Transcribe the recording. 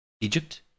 Egypt